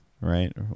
Right